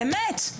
באמת,